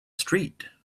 street